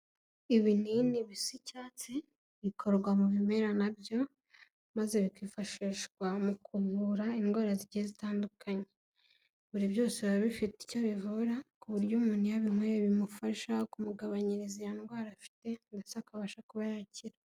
Ibinini bisi icyatsi bikorwa mu bimera na byo maze bikifashishwa mu kuvura indwara zigiye zitandukanye. Buri byose biba bifite icyo bivura, ku buryo umuntu iyo abinyweye bimufasha kumugabanyiriza iyo ndwara afite ndetse akabasha kuba yakira.